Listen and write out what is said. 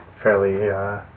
fairly